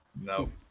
No